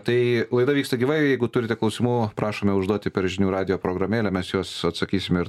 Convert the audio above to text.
tai laida vyksta gyvai jeigu turite klausimų prašome užduoti per žinių radijo programėlę mes į juos atsakysime ir